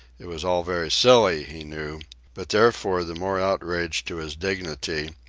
it was all very silly he knew but therefore the more outrage to his dignity,